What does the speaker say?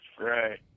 Right